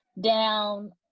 down